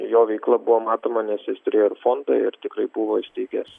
jo veikla buvo matoma nes jis turėjo ir fondą ir tikrai buvo įsteigęs